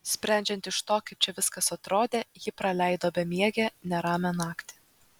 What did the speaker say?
sprendžiant iš to kaip čia viskas atrodė ji praleido bemiegę neramią naktį